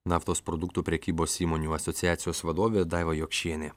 naftos produktų prekybos įmonių asociacijos vadovė daiva jokšienė